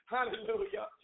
Hallelujah